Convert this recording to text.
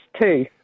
two